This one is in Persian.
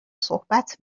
صحبت